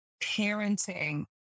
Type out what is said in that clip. parenting